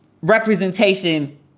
Representation